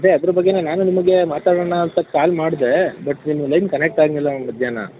ಅದೇ ಅದ್ರ ಬಗ್ಗೆನೇ ನಾನು ನಿಮಗೆ ಮಾತಾಡೋಣ ಅಂತ ಕಾಲ್ ಮಾಡಿದೆ ಬಟ್ ನಿಮ್ಮ ಲೈನ್ ಕನೆಕ್ಟ್ ಆಗಲಿಲ್ಲ ಮಧ್ಯಾಹ್ನ